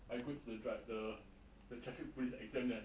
I go to the driv~ the the traffic police exam there